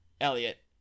Elliot